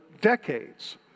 decades